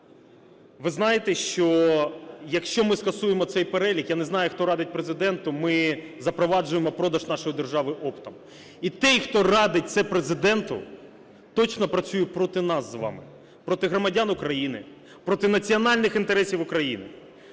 ви знаєте, що якщо ми скасуємо цей перелік, я не знаю, хто радить Президенту, ми запроваджуємо продаж нашої держави оптом. І той, хто радить це Президенту, точно працює проти нас з вами, проти громадян України, проти національних інтересів України.